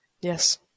Yes